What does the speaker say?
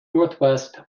northwest